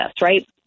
right